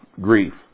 grief